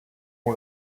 ont